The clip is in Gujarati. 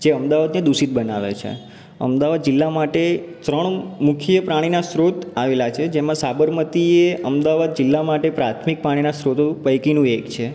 જે અમદાવાદને દૂષિત બનાવે છે અમદાવાદ જિલ્લા માટે ત્રણ મુખ્ય પાણીના સ્ત્રોત આવેલાં છે જેમાં સાબરમતી એ અમદાવાદ જીલ્લા માટે પ્રાથમિક પાણીના સ્રોતો પૈકીનું એક છે